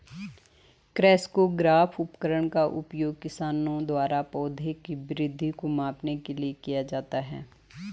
crescograph उपकरण का उपयोग किसानों द्वारा पौधों में वृद्धि को मापने के लिए किया जाता है